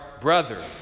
brother